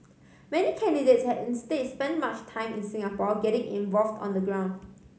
many candidates has instead spent much time in Singapore getting involved on the ground